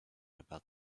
about